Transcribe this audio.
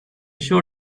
sure